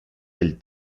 del